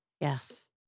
Yes